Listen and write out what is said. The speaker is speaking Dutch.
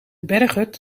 berghut